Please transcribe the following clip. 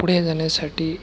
पुढे जाण्यासाठी